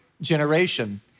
generation